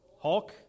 Hulk